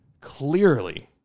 Clearly